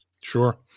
Sure